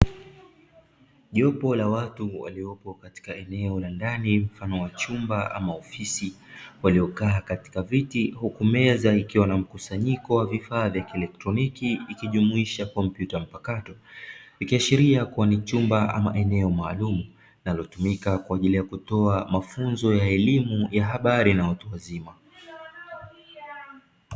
Jopo la watu waliopo katika eneo la ndani mfano wa chumba ama ofisi, waliokaa katika viti huku meza ikiwa na mkusanyiko wa vifaa vya kielektroniki vikijumuisha komputa mpakato, ikiashiria kuwa ni chumba ama eneo maalumu linalotumika kwa ajili ya kutoa mafunzo ya elimu ya habari na watu wazima.